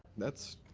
that's